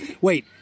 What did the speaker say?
Wait